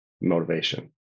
motivation